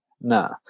No